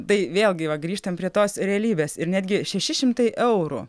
tai vėlgi va grįžtam prie tos realybės ir netgi šeši šimtai eurų